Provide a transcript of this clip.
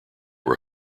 were